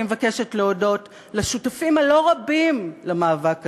אני מבקשת להודות לשותפים הלא-רבים למאבק הזה,